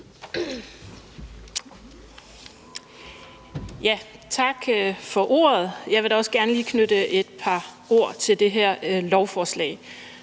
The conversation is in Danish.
Tak for ordet. Jeg vil da også gerne lige knytte et par ord til det her lovforslag.